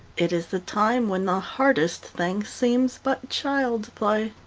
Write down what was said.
it is the time when the hardest thing seems but child's play.